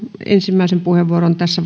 ensimmäisen puheenvuoron tässä